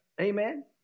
Amen